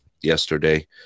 yesterday